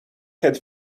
had